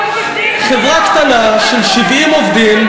חברה קטנה של 70 עובדים,